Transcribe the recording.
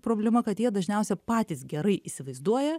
problema kad jie dažniausia patys gerai įsivaizduoja